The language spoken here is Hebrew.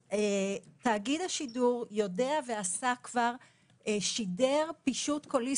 תאגיד השידור יודע ושידר כבר פישוט קולי